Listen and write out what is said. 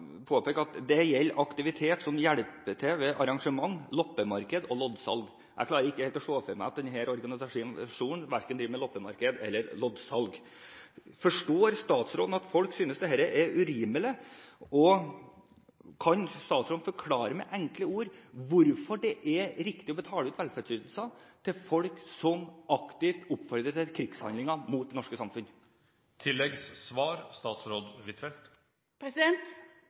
klarer ikke helt å se for meg at denne organisasjonen driver med verken loppemarked eller loddsalg. Forstår statsråden at folk synes dette er urimelig? Kan statsråden forklare med enkle ord hvorfor det er riktig å betale ut velferdsytelser til folk som aktivt oppfordrer til krigshandlinger mot det norske